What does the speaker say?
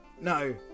no